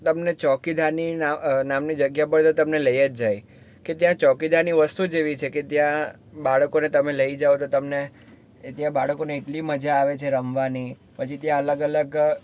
તમને ચોકીદારની નામની જગ્યા પર તો તમને લઈ જ જાય કે ત્યાં ચોકીદારની વસ્તુ જ એવી છે કે ત્યાં બાળકોને તમે લઈ જાઓ તો તમને ત્યાં બાળકોને એટલી મજા આવે છે રમવાની પછી ત્યાં અલગ અલગ